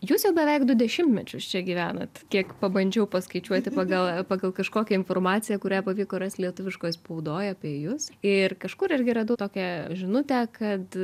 jūs jau beveik du dešimtmečius čia gyvenat kiek pabandžiau paskaičiuoti pagal pagal kažkokią informaciją kurią pavyko rast lietuviškoj spaudoj apie jus ir kažkur irgi radau tokią žinutę kad